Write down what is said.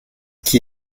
qui